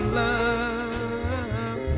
love